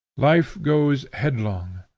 life goes headlong.